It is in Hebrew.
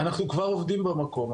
אנחנו כבר עובדים במקום,